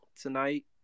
tonight